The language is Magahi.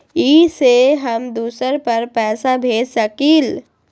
इ सेऐ हम दुसर पर पैसा भेज सकील?